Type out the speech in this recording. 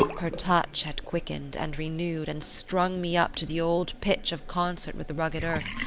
her touch had quickened, and renewed, and strung me up to the old pitch of concert with the rugged earth,